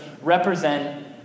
represent